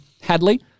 Hadley